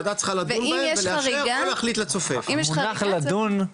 ואם יש חריגה --- המונח לדון,